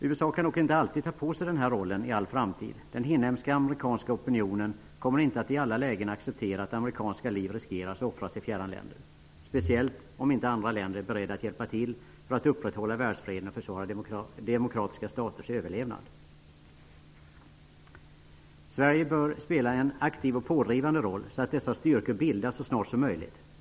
USA kan dock inte ta på sig denna roll i all framtid. Den inhemska amerikanska opinionen kommer inte att i alla lägen acceptera att amerikanska liv riskeras och offras i fjärran länder. Detta gäller speciellt om inte andra länder är beredda att hjälpa till för att upprätthålla världsfreden och försvara demokratiska staters överlevnad. Sverige bör spela en aktiv och pådrivande roll så att dessa styrkor bildas så snart som möjligt.